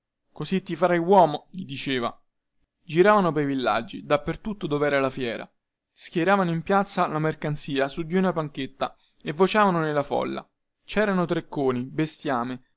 così ti farai uomo gli diceva giravano pei villaggi dappertutto dovera la fiera schieravano in piazza la mercanzia su di una panchetta e vociavano nella folla cerano trecconi bestiame